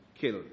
Killed